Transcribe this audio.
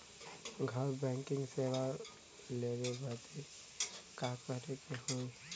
घर बैकिंग सेवा लेवे बदे का करे के होई?